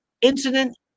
Incident